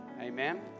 Amen